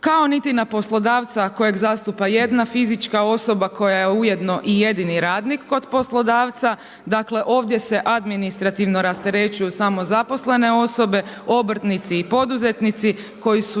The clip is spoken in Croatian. kao niti na poslodavca kojeg zastupa jedna fizička osoba koja je ujedno i jedini radnik kod poslodavca, dakle ovdje se administrativno rasterećuju samo zaposlene osobe, obrtnici i poduzetnici koji su jedini